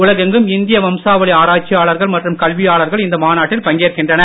உலகெங்கும் இந்திய வம்சாவளி ஆராய்ச்சியாளர்கள் மற்றும் கல்வியாளர்கள் இந்த மாநாட்டில் பங்கேற்கின்றனர்